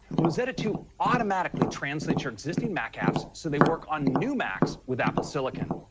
rosetta two automatically translates your existing mac apps so they work on new macs with apple silicon.